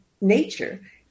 nature